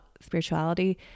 spirituality